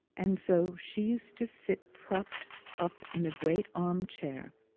and so she used to sit propped up in a great arm-chair,